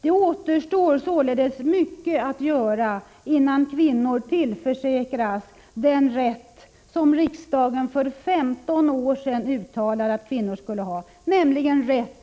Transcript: Det återstår således mycket att göra, innan kvinnor tillförsäkras den rätt som riksdagen för snart 15 år sedan uttalade att kvinnor skulle ha, nämligen rätten